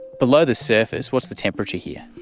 below the surface, what's the temperature here?